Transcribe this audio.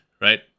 right